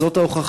אז זאת ההוכחה.